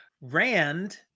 Rand